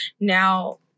now